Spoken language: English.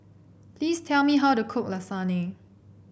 please tell me how to cook Lasagne